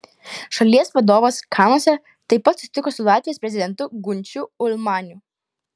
šalies vadovas kanuose taip pat susitiko su latvijos prezidentu gunčiu ulmaniu